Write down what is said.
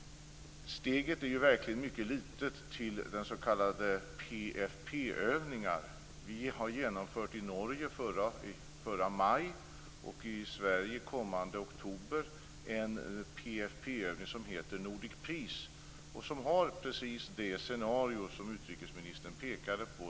Steget är ju verkligen mycket litet till s.k. PFF övningar. Vi har genomfört en sådan i Norge förra maj, och i Sverige genomför vi kommande oktober en PFF-övning som heter Nordic peace. Den har precis det scenario som utrikesministern pekade på.